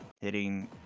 Hitting